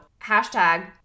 hashtag